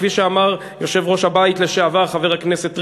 כפי שאמר יושב-ראש הבית לשעבר חבר הכנסת ריבלין,